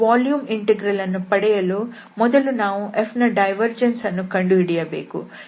volume integral ಅನ್ನು ಪಡೆಯಲು ನಾವು ಮೊದಲು Fನ ಡೈವರ್ಜೆನ್ಸ್ ಅನ್ನು ಕಂಡುಹಿಡಿಯಬೇಕು